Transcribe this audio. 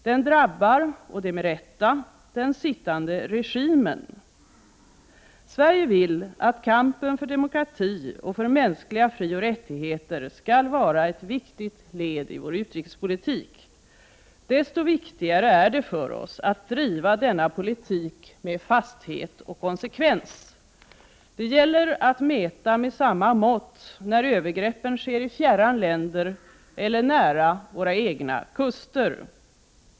Den drabbar — och det med rätta — den sittande regimen. Sverige vill att kampen för demokrati och för mänskliga frioch rättigheter skall vara ett viktigt led i vår utrikespolitik. Desto viktigare är det för oss att driva denna politik med fasthet och konsekvens. Det gäller att mäta med samma mått när övergreppen sker i fjärran länder och när de sker nära våra egna kuster.